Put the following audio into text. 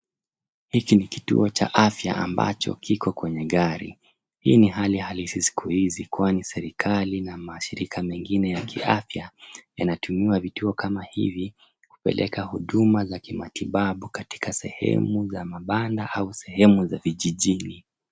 Hiki ni kituo cha afya ambacho kiko kwenye gari. Hii ni hali halisi siku hizi kwani serikali na mashirika mengine ya kiafya yanatumia vituo kama hivi kupeleka huduma za kimatibabu katika sehemu za mabanda au sehemu za vijijini.